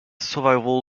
survival